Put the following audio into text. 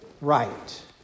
right